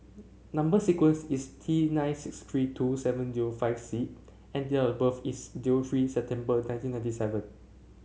number sequence is T nine six three two seven zero five C and date of birth is three September nineteen ninety seven